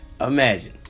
imagine